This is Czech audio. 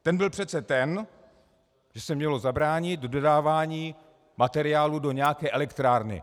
Ten byl přece ten, že se mělo zabránit dodávání materiálu do nějaké elektrárny.